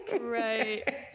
Right